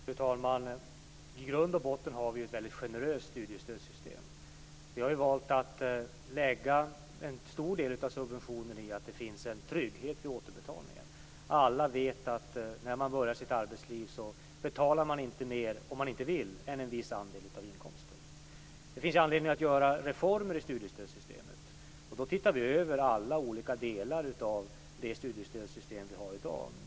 Fru talman! I grund och botten har vi ett väldigt generöst studiestödssystem. Vi har valt att lägga en stor del av subventionen i att det finns en trygghet vid återbetalningen. Alla vet att man, när man börjar sitt arbetsliv, om man inte vill heller inte betalar mer än en viss andel av inkomsten. Det finns anledning att göra reformer i studiestödssystemet. Då ser vi över alla olika delar av det studiestödssystem som vi i dag har.